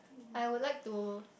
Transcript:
I would like to